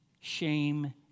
shame